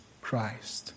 Christ